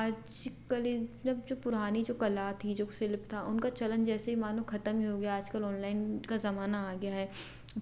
आज कल इन मतलब जो पुरानी जो कला थी जो सिल्प था उनका चलन जैसे मानो ख़त्म ही हो गया आज कल ऑनलाइन का ज़माना आ गया है